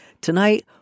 tonight